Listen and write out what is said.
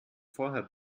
vorher